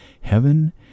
heaven